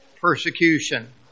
persecution